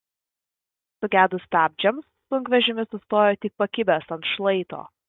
sugedus stabdžiams sunkvežimis sustojo tik pakibęs ant šlaito